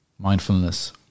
Mindfulness